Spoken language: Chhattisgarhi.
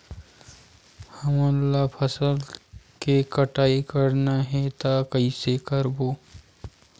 हमन ला फसल के कटाई करना हे त कइसे करबो?